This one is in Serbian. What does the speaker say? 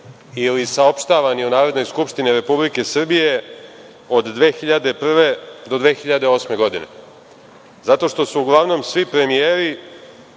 ili saopštavani u Narodnoj skupštini Republike Srbije od 2001. do 2008. godine. Zato što su uglavnom svi premijeri,